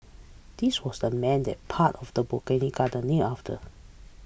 this was the man that part of the Botanic Garden name after